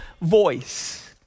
voice